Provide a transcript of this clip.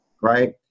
right